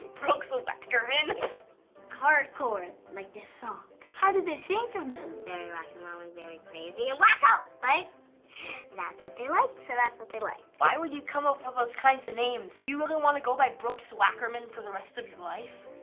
brooks wackerman. it's hardcore, like the songs. how did they think of those? very rock and roll and very crazy and wacko! but that's what they like, so that's what they like. why would you come up with those kinds of names? do you really want to go by brooks wackerman for the rest of your life?